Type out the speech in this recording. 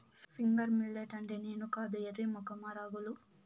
finger millet అంటే నేను కాదు ఎర్రి మొఖమా రాగులు